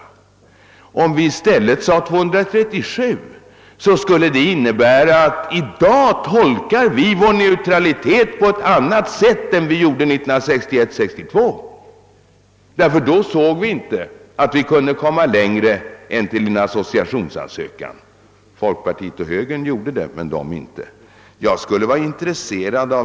Om vi i stället sade att vi önskar förhandling enligt § 237, så skulle det innebära att vi i dag tolkar vårt neutralitetskrav på ett annat sätt än vi gjorde 1961—1962, ty då ansåg vi att vi inte kunde komma längre än till en associationsansökan. Folkpartiet och högern ansåg att vi kunde komma längre.